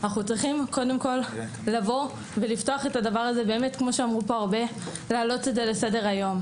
אנחנו צריכים לפתוח את הדבר הזה ולהעלות את זה לסדר היום.